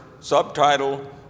Subtitle